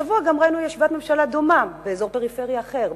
השבוע גם ראינו ישיבת ממשלה דומה באזור פריפריה אחר,